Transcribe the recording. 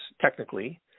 technically